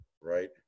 right